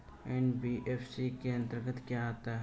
NBFC के अंतर्गत क्या आता है?